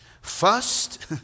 First